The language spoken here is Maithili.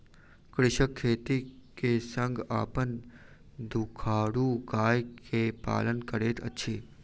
कृषक खेती के संग अपन दुधारू गाय के पालन करैत अछि